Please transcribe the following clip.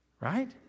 right